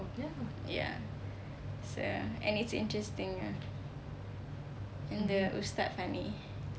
ya so and it's interesting ah and the ustad funny